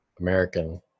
American